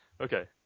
Okay